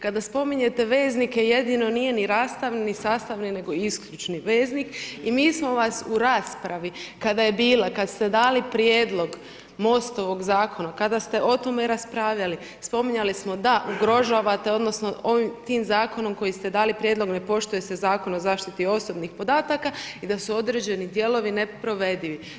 Kada spominjete „jedino“, nije ni rastavni ni sastavni nego isključni vezni i mi smo vas u raspravi kada je bila, kad ste dali prijedlog MOST-ovog zakona, kada ste o tome raspravljali, spominjali smo da ugrožavate, odnosno tim zakonom kojim ste dali prijedlog, ne poštuje se Zakon o zaštiti osobnih podataka i da su određeni dijelovi neprovedivi.